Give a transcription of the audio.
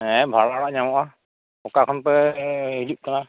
ᱦᱮᱸ ᱵᱷᱟᱲᱟ ᱚᱲᱟᱜ ᱧᱟᱢᱚᱜᱼᱟ ᱚᱠᱟ ᱠᱷᱚᱱ ᱯᱮ ᱦᱤᱡᱩᱜᱼᱟ